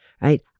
right